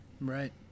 Right